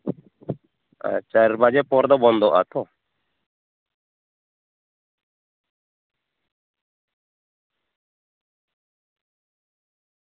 ᱟᱨ ᱪᱟᱨ ᱵᱟᱡᱮ ᱯᱚᱨ ᱫᱚ ᱵᱚᱱᱫᱚᱜᱼᱟ ᱛᱚ